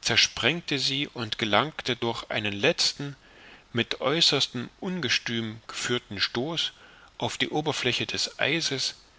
zersprengte sie und gelangte durch einen letzten mit äußerstem ungestüm geführten stoß auf die oberfläche des eises